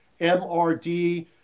Mrd